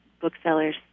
booksellers